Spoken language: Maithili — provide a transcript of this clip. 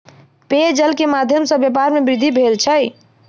पेयजल के माध्यम सॅ व्यापार में वृद्धि भेल अछि